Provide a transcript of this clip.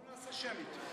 בואו נעשה שמית.